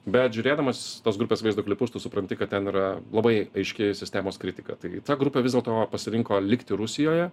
bet žiūrėdamas tos grupės vaizdo klipus tu supranti kad ten yra labai aiški sistemos kritika tai ta grupė vis dėlto pasirinko likti rusijoje